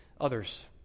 others